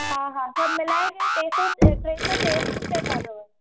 हा हा सभ मिलाए करे टे सौ टे सौ तेरहं रुपय थिया अथव